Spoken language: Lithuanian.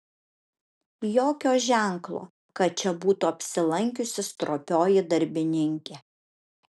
jokio ženklo kad čia būtų apsilankiusi stropioji darbininkė